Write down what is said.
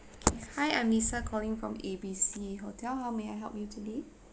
hi I'm lisa calling from A B C hotel how may I help you today